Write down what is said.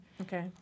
Okay